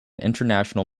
international